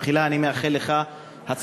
תחילה אני מאחל לך הצלחה,